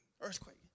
earthquake